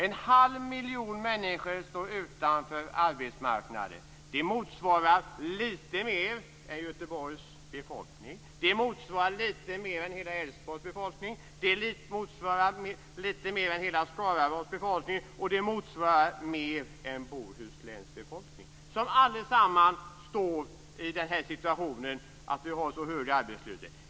En halv miljon människor står utanför arbetsmarknaden. Det motsvarar lite mer än Göteborgs befolkning. Det motsvarar lite mer än hela Älvsborgs befolkning. Det motsvarar lite mer än hela Skaraborgs befolkning, och det motsvarar mer än Bohusläns befolkning, som allesammans står i situationer av hög arbetslöshet.